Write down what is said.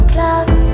love